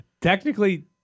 Technically